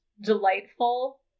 delightful